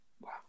Wow